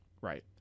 Right